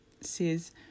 says